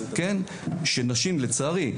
אני יודע שאתה רץ בין